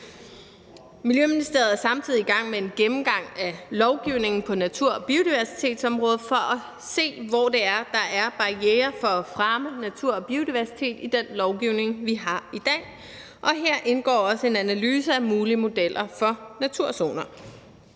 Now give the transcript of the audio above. Miljøministeriet er samtidig i gang med en gennemgang af lovgivningen på natur- og biodiversitetsområdet for at se, hvor det er, der er barrierer for at fremme natur og biodiversitet i den lovgivning, vi har i dag, og her indgår også en analyse af mulige modeller for naturzoner.